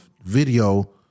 video